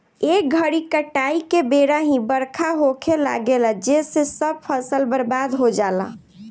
ए घरी काटाई के बेरा ही बरखा होखे लागेला जेसे सब फसल बर्बाद हो जाला